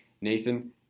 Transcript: Nathan